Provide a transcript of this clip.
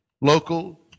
local